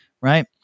right